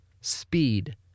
speed